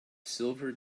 silver